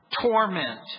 torment